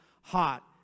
hot